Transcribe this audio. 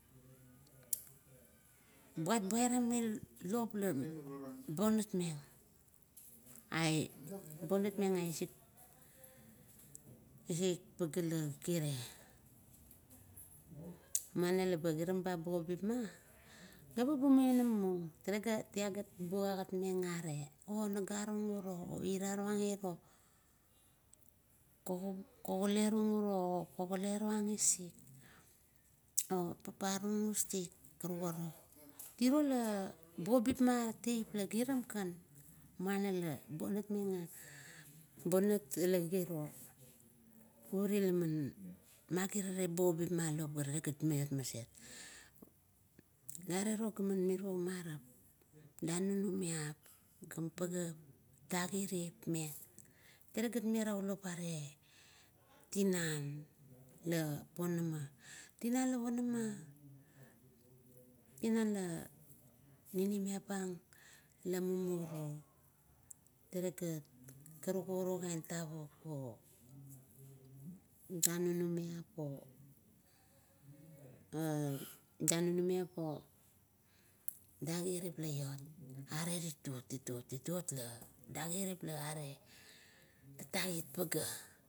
Buat baramau maun lop la bagutmeng. Ai balatong aisik, isik pagea la kiro, muana labama kiram bugapima, karuk laba maiona ma maun, tala gat buagat meng, ara nagarung uro, o. Kogale rung usik, o papa rung usik karuk ara. Tiro la bugapip ma teip la kiram kan, muana la bonatmeng, obonat ula giro. Ure laman magirarang bugapip ma lop ga rale gat iot maset. Arero ga miro marap danunumiap gam pagea man ties, meng, non pagea tale gat merau lop ga are tinan, la ponama, tinan la ponama tinan la ninimiap pang la mumuru. karukan iro tavuk o danunumiap o danunumiap, are titot, titot la, dagirip aret tatakit pagea.